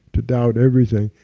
to doubt everything.